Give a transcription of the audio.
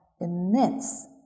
immense